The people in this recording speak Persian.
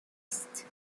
است